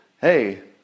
Hey